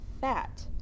fat